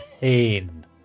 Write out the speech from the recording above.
pain